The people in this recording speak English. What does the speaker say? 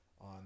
on